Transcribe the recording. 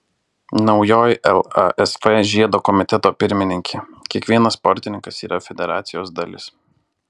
naujoji lasf žiedo komiteto pirmininkė kiekvienas sportininkas yra federacijos dalis